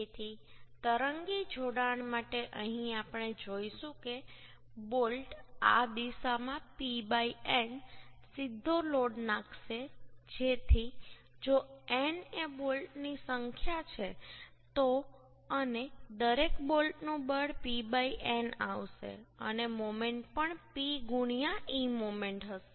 તેથી તરંગી જોડાણ માટે અહીં આપણે જોઈશું કે બોલ્ટ આ દિશામાં P n સીધો લોડ નાખશે તેથી જો n એ બોલ્ટની સંખ્યા છે તો અને દરેક બોલ્ટનું બળ P n આવશે અને મોમેન્ટ પણ P ગુણ્યાં e મોમેન્ટ હશે